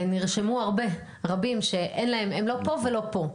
נרשמו הרבה רבים שהם לא פה ולא פה.